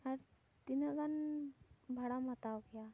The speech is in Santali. ᱟᱨ ᱛᱤᱱᱟᱹᱜ ᱜᱟᱱ ᱵᱷᱟᱲᱟᱢ ᱦᱟᱛᱟᱣ ᱠᱮᱭᱟ